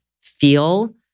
feel